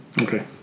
Okay